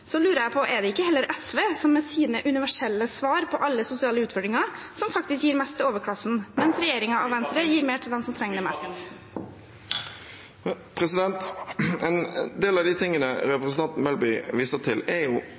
Så når SV da sier i debatten om regjeringserklæringen at de registrerer at vi gir til overklassen, lurer jeg på om det ikke heller er SV som med sine universelle svar på alle sosiale utfordringer gir mest til overklassen, mens regjeringen og Venstre gir mer til dem som trenger det mest. En del av